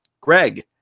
Greg